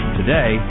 Today